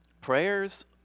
Prayers